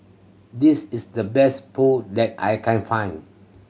this is the best Pho that I can find